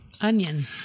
Onion